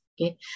Okay